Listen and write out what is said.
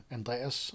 Andreas